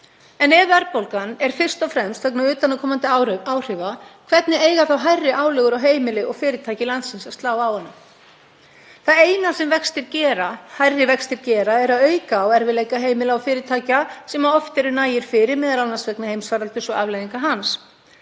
En ef verðbólgan er fyrst og fremst vegna utanaðkomandi áhrifa hvernig eiga þá hærri álögur á heimili og fyrirtæki landsins að slá á hana? Það eina sem hærri vextir gera er að auka á erfiðleika heimila og fyrirtækja sem oft eru nægir fyrir, m.a. vegna heimsfaraldurs og afleiðinga hans.